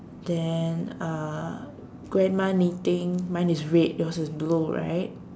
then uh grandma knitting mine is red yours is blue right